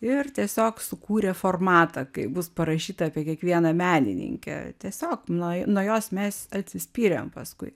ir tiesiog sukūrė formatą kai bus parašyta apie kiekvieną menininkę tiesiog nuo nuo jos mes atsispyrėm paskui